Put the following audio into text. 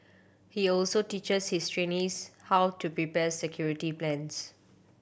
he also teaches his trainees how to prepare security plans